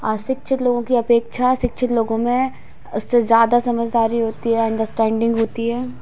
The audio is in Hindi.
असिक्षित लोगों की अपेक्षा सिक्षित लोगों में से ज़्यादा समझदारी होती है अंडरस्टैंडिंग होती है